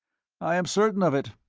i am certain of it.